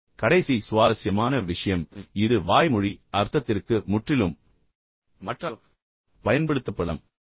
கடைசி சுவாரஸ்யமான விஷயம் என்னவென்றால் இது வாய்மொழி அர்த்தத்திற்கு முற்றிலும் மாற்றாகப் பயன்படுத்தப்படலாம்